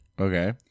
Okay